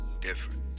different